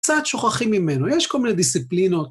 קצת שוכחים ממנו, יש כל מיני דיסציפלינות.